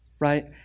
Right